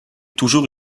toujours